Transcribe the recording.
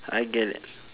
I get it